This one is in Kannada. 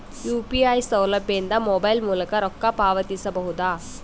ಯು.ಪಿ.ಐ ಸೌಲಭ್ಯ ಇಂದ ಮೊಬೈಲ್ ಮೂಲಕ ರೊಕ್ಕ ಪಾವತಿಸ ಬಹುದಾ?